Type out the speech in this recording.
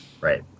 Right